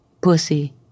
Pussy